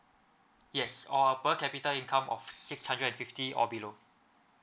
yes or per capita income of six hundred and fifty or below